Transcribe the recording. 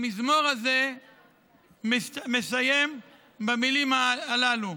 המזמור הזה מסתיים במילים הללו: